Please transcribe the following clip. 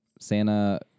Santa